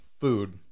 food